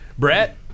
Brett